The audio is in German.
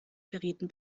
verrieten